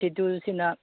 ꯁꯦꯗꯨꯜꯁꯤꯅ